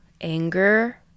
anger